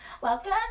Welcome